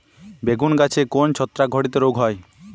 বেগুন গাছে কোন ছত্রাক ঘটিত রোগ হয়?